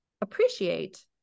appreciate